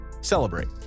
celebrate